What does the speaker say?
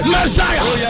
Messiah